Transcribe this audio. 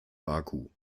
baku